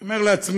אני אומר לעצמי: